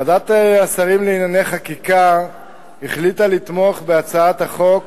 ועדת השרים לענייני חקיקה החליטה לתמוך בהצעת החוק,